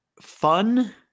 fun